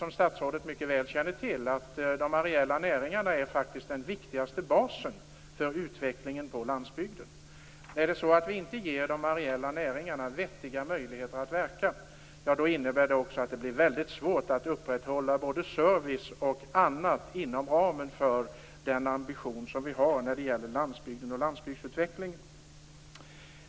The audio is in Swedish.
Som statsrådet mycket väl känner till är de areella näringarna faktiskt den viktigaste basen för utvecklingen på landsbygden.